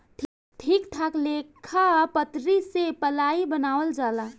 ठीक ठाक लेखा पटरी से पलाइ बनावल जाला